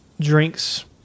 drinks